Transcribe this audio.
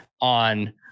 on